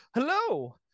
hello